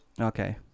Okay